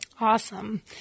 Awesome